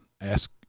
ask